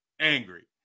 angry